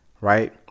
Right